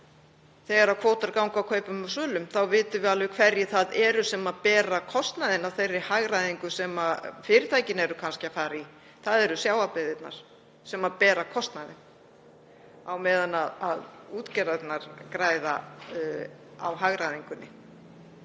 þegar kvótar ganga kaupum og sölum þá vitum við alveg hverjir það eru sem bera kostnaðinn af þeirri hagræðingu sem fyrirtækin eru kannski að fara í. Það eru sjávarbyggðirnar sem bera kostnaðinn á meðan útgerðirnar græða á hagræðingunni.